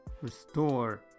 Restore